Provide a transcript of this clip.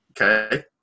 okay